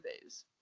days